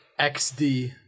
xd